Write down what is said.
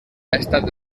estat